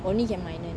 only can minor